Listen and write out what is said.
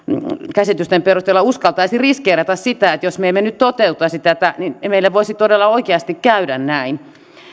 käsitysten perusteella uskaltaisi riskeerata sitä että jos me emme nyt toteuttaisi tätä niin meille voisi todella oikeasti käydä näin